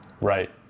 Right